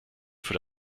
für